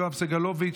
יואב סגלוביץ',